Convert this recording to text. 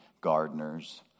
gardeners